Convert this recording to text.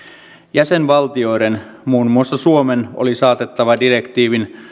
jäsenvaltioiden muun muassa suomen oli saatettava direktiivin